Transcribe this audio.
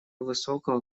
высокого